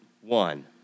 one